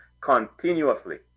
continuously